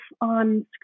on